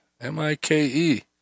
M-I-K-E